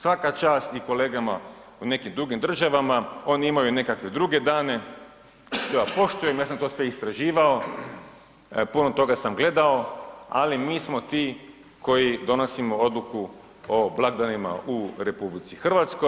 Svaka čast i kolegama u nekim drugim državama oni imaju nekakve druge dane, to ja poštujem, ja sam to sve istraživao, puno toga sam gledao, ali mi smo ti koji donosimo odluku o blagdanima u RH.